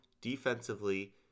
defensively